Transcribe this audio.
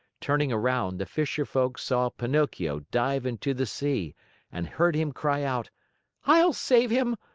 turning around, the fisher folk saw pinocchio dive into the sea and heard him cry out i'll save him!